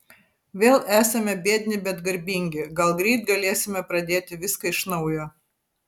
vėl esame biedni bet garbingi gal greit galėsime pradėti viską iš naujo